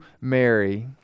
Mary